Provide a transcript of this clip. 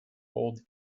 old